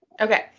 Okay